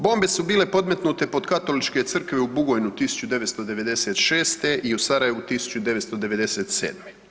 Bome su bile podmetnute u pod katoličke crkve u Bogojnu 1996. i u Sarajevu 1997.